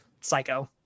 psycho